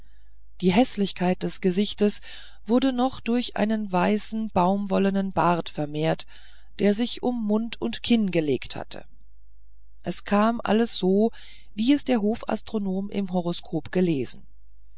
die häßlichkeit des gesichts wurde noch durch einen weißen baumwollenen bart vermehrt der sich um mund und kinn gelegt hatte es kam alles so wie es der hofastronom im horoskop gelesen